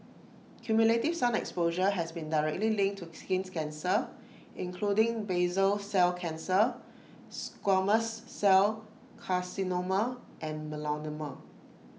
cumulative sun exposure has been directly linked to skin cancer including basal cell cancer squamous cell carcinoma and melanoma